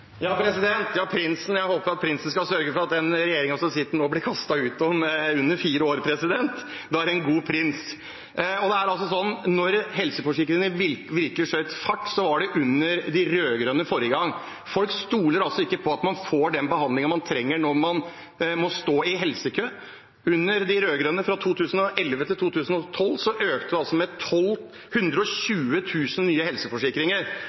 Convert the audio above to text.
Jeg håper at prinsen skal sørge for at den regjeringen som sitter nå, blir kastet ut om under fire år – da er det en god prins. Da helseforsikringene virkelig skjøt fart, det var under de rød-grønne forrige gang. Folk stoler altså ikke på at man får den behandlingen man trenger, når man må stå i helsekø. Under de rød-grønne fra 2011 til 2012 økte det altså med 120 000 nye helseforsikringer.